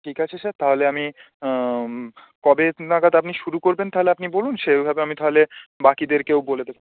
ঠিক আছে স্যার তাহলে আমি কবে নাগাদ আপনি শুরু করবেন তাহলে আপনি বলুন সেইভাবে আমি তাহলে বাকিদেরকেও বলে দেবো